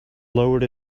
lowered